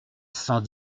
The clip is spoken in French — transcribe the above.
cent